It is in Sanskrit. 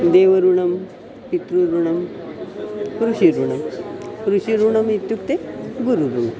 देवऋणं पितृऋणं ऋषिऋणं ऋषिऋणमित्युक्ते गुरुऋणम्